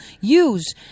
Use